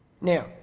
Now